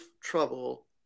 trouble